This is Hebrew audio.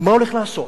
ומה הולך לעשות?